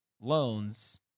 loans